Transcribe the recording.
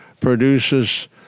produces